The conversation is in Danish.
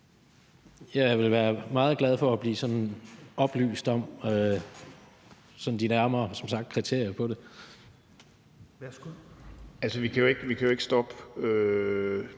sagt være meget glad for at blive oplyst om de nærmere kriterier for det. Kl. 16:11 Fjerde